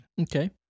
okay